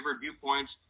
viewpoints